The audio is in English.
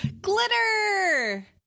glitter